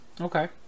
okay